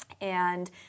And-